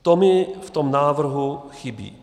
To mi v tom návrhu chybí.